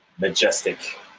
majestic